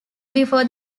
before